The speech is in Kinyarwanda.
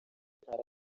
ntara